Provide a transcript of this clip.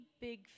big